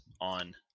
on